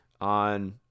On